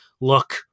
look